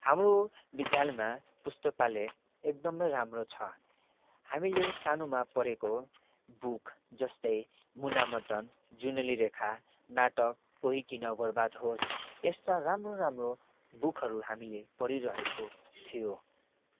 हाम्रो विद्यालयमा पुस्तकालय एकदमै राम्रो छ हामीले सानोमा पढेको बुक जस्तै मुनामदन जुनेली रेखा नाटक कोहि किन बर्बाद् होस् यस्ता राम्रो राम्रो बुकहरू हामीले पढिरहेको थियो